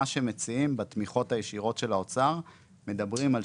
בתמיכות הישירות של האוצר מדברים על